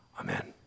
Amen